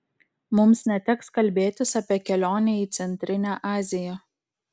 mums neteks kalbėtis apie kelionę į centrinę aziją